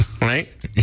Right